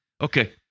Okay